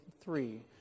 three